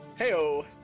Heyo